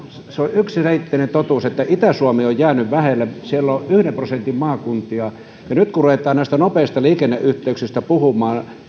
yksiselitteinen totuus että itä suomi on jäänyt vähälle siellä on yhden prosentin maakuntia ja nyt kun ruvetaan näistä nopeista liikenneyhteyksistä puhumaan